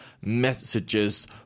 messages